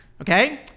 okay